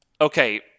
okay